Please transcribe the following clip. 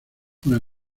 una